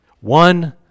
One